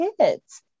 kids